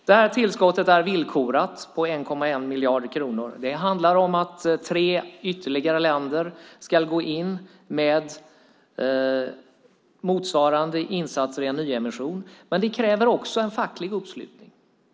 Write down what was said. Detta tillskott på 1,1 miljard kronor är villkorat. Det handlar om att tre ytterligare länder ska gå in med motsvarande insatser i en nyemission. Men det kräver också en facklig uppslutning.